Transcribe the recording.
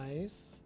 Nice